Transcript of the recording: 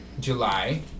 July